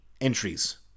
entries